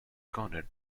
content